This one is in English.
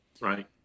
right